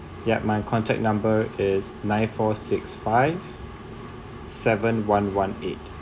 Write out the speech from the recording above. yup my contact number is nine four six five seven one one eight